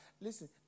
listen